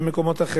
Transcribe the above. ולכן,